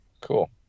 Cool